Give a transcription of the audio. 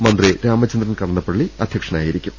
മന്ത്രി രാമചന്ദ്രൻ കടന്നപ്പള്ളി അധ്യക്ഷനായിരിക്കും